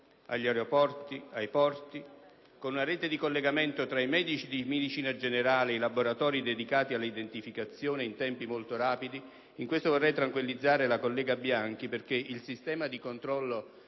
agli aeroporti, ai porti, con una rete di collegamento tra i medici di medicina generale e i laboratori dedicati all'identificazione in tempi molto rapidi. In questo vorrei tranquillizzare la collega Bianchi, perché il sistema di controllo